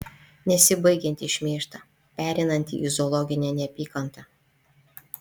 nesibaigiantį šmeižtą pereinantį į zoologinę neapykantą